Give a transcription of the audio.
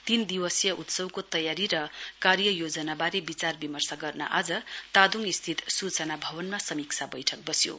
तीन दिवसीय उत्सवको तयारी र कार्ययोजनाबारे विचारविमर्श गर्न आज तादोङ स्थित सूचना भवनमा समीक्षा बैठक बस्यो